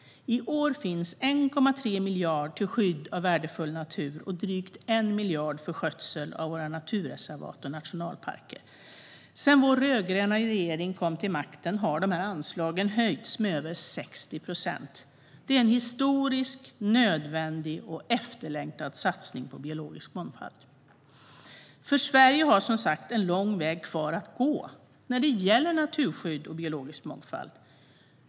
I år finns 1,3 miljarder till skydd av värdefull natur och drygt 1 miljard för skötsel av våra naturreservat och nationalparker. Sedan vår rödgröna regering kom till makten har de här anslagen höjts med över 60 procent. Det är en historisk, nödvändig och efterlängtad satsning på biologisk mångfald. Sverige har som sagt en lång väg kvar att gå när det gäller naturskydd och biologisk mångfald.